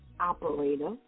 operator